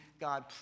God